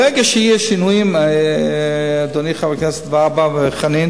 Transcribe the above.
ברגע שיהיו שינויים, חברי הכנסת והבה וחנין,